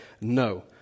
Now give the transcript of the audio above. no